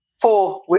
Four